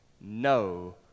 no